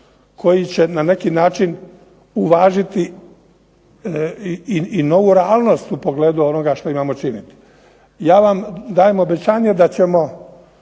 koji će na neki način uvažiti i novu realnost u pogledu onoga što imamo činiti. Ja vam dajem obećanje da ćemo